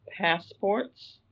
passports